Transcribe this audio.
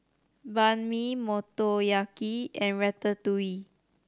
Banh Mi Motoyaki and Ratatouille